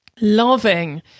Loving